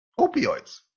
opioids